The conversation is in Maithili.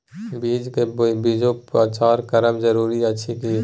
बीज के बीजोपचार करब जरूरी अछि की?